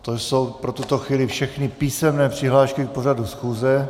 To jsou pro tuto chvíli všechny písemné přihlášky k pořadu schůze.